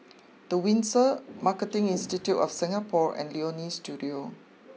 the Windsor Marketing Institute of Singapore and Leonie Studio